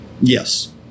Yes